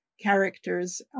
characters